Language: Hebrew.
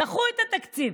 דחו את התקציב.